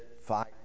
fight